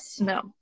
no